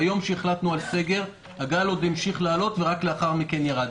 ביום שהחלטנו על סגר הגל עוד המשיך לעלות ורק לאחר מכן ירד.